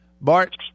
Bart